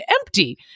empty